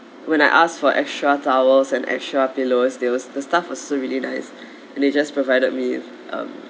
when I ask for extra towels and extra pillows they were the staff was really nice and they just provided me um